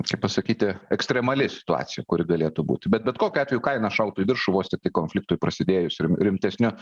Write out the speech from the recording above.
kaip pasakyti ekstremali situacija kuri galėtų būti bet bet kokiu atveju kaina šautų į viršų vos tiktai konfliktui prasidėjus rim rimtesniu